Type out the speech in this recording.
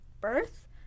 birth